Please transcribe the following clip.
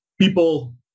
people